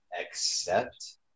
accept